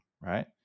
right